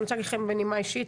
אני רוצה להגיד לכן בנימה אישית,